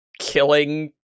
killing